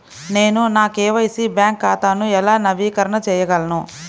నేను నా KYC bank ఖాతాను ఎలా నవీకరణ చేయగలను?